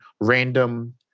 random